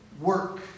work